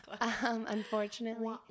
unfortunately